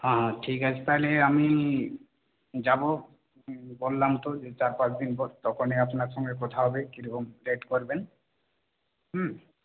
হ্যাঁ হ্যাঁ ঠিক আছে তাহলে আমি যাব বললাম তো যে চার পাঁচদিন পর তখনই আপনার সঙ্গে কথা হবে কীরকম রেট করবেন হুম